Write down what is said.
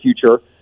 future